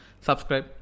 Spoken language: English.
subscribe